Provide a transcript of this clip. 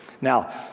Now